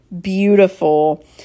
beautiful